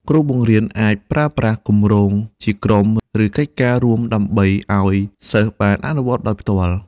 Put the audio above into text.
គ្រូបង្រៀនអាចប្រើប្រាស់គម្រោងជាក្រុម ឬកិច្ចការរួមដើម្បីឱ្យសិស្សបានអនុវត្តដោយផ្ទាល់។